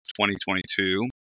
2022